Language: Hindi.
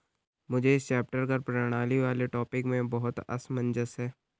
मुझे इस चैप्टर कर प्रणाली वाले टॉपिक में बहुत असमंजस है